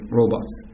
robots